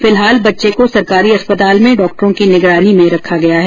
फिलहाल बच्चे को सरकारी अस्पताल में डॉक्टरों की निगरानी में रखा गया है